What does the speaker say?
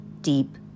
deep